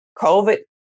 COVID